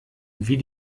wie